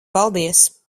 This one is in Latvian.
paldies